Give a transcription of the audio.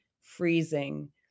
freezing